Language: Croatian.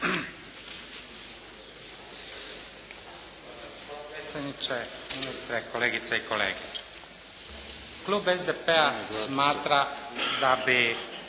Klub SDP-a smatra da bi